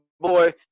boy